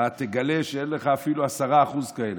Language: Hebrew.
אתה תגלה שאין לך אפילו 10% כאלה,